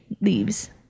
leaves